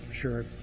Sure